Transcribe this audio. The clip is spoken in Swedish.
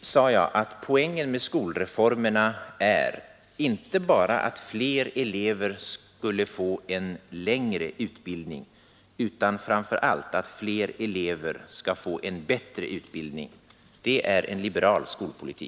sade jag att poängen med skolreformerna är inte bara att fler elever skulle få en längre utbildning utan framför allt att fler elever skulle få en bättre utbildning. Det är en liberal skolpolitik.